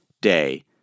day